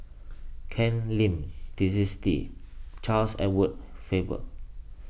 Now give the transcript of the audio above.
Ken Lim Twisstii Charles Edward Faber